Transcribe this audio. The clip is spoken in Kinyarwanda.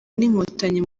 n’inkotanyi